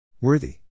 Worthy